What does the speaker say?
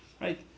right